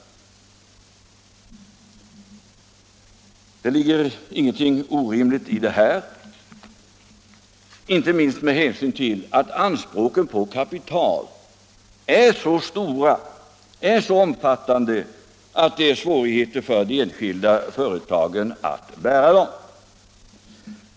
Det ligger ingenting orimligt i detta, allra minst med hänsyn till att anspråken på kapital är så omfattande att det är svårt för de enskilda företagen att bära dem.